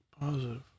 Positive